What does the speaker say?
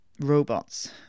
robots